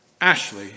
Ashley